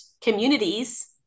communities